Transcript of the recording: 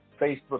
Facebook